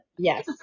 Yes